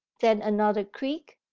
then another creak,